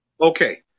Okay